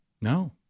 No